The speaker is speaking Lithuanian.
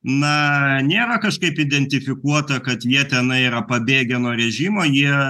na nėra kažkaip identifikuota kad jie tenai yra pabėgę nuo režimo jie